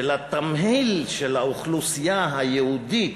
של התמהיל של האוכלוסייה היהודית